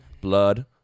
Blood